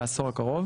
בעשור הקרוב?